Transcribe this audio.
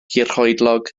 hirhoedlog